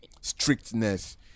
strictness